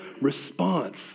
response